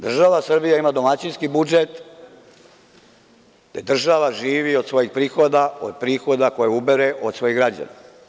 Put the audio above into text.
Država Srbija ima domaćinski budžet, država živi od svojih prihoda, od prihoda koje ubere od svojih građana.